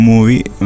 Movie